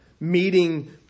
Meeting